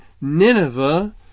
Nineveh